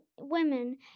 women